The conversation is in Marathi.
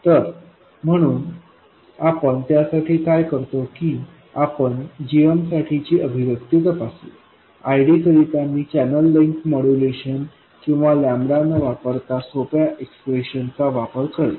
तर म्हणून आपण त्यासाठी काय करतो की आपण gm साठीची अभिव्यक्ती तपासू ID करिता मी चॅनेल लेंगक्थ मॉड्यूलेशन किंवा न वापरता सोप्या एक्सप्रेशन चा वापर करेल